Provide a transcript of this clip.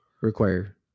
require